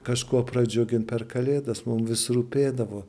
kažkuo pradžiugint per kalėdas mum vis rūpėdavo